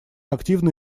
активно